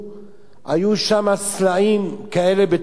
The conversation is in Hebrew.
היו שם סלעים כאלה בתוך הרכב.